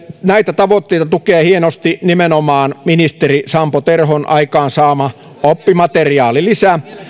näitä tavoitteita tukee hienosti nimenomaan ministeri sampo terhon aikaansaama oppimateriaalilisä